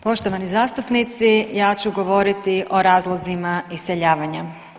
Poštovani zastupnici, ja ću govoriti o razlozima iseljavanja.